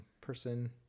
person